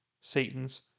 Satan's